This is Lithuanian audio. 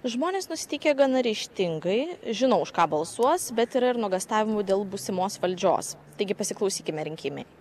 žmonės nusiteikę gana ryžtingai žino už ką balsuos bet yra ir nuogąstavimų dėl būsimos valdžios taigi pasiklausykime rinkėjų